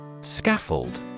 Scaffold